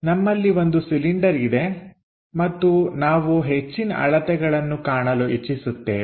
ನಮ್ಮಲ್ಲಿ ಒಂದು ಸಿಲಿಂಡರ್ ಇದೆ ಮತ್ತು ನಾವು ಹೆಚ್ಚಿನ ಅಳತೆಗಳನ್ನು ಕಾಣಲು ಇಚ್ಚಿಸುತ್ತೇವೆ